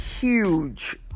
huge